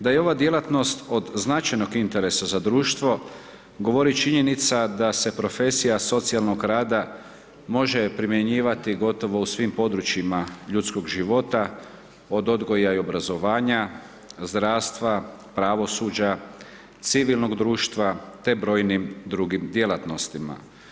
Da je ova djelatnost od značajnog interesa za društvo, govori činjenica da se profesija socijalnog rada može primjenjivati gotovo u svim područjima ljudskog života od odgoja i obrazovanja, zdravstva, pravosuđa, civilnog društva te brojnim drugim djelatnostima.